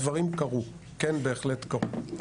הדברים בהחלט קרו.